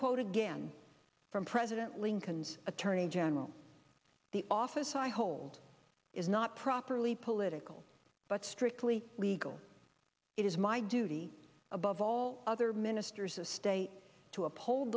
quote again from president lincoln's attorney general the office i hold is not properly political but strictly legal it is my duty above all other ministers of state to uphold